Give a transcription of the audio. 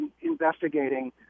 investigating